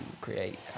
create